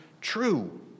true